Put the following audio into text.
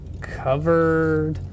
covered